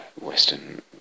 Western